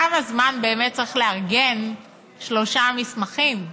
כמה זמן באמת צריך לארגן שלושה מסמכים,